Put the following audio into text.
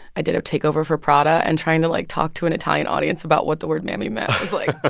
i did a takeover for prada, and trying to, like, talk to an italian audience about what the word mammy meant like ah